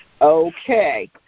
Okay